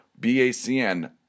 BACN